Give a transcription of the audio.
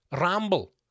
ramble